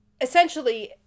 essentially